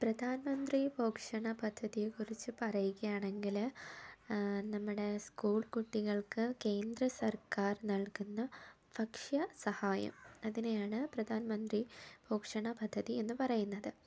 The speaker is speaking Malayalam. പ്രധാനമന്ത്രി പോഷണ പദ്ധതിയെക്കുറിച്ച് പറയുകയാണെങ്കിൽ നമ്മുടെ സ്കൂൾ കുട്ടികൾക്ക് കേന്ദ്രസർക്കർ നൽകുന്ന ഭക്ഷ്യസഹായം അതിനെയാണ് പ്രധാനമന്ത്രി പോഷണ പദ്ധതി എന്ന് പറയുന്നത്